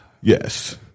Yes